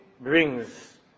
brings